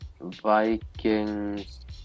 Vikings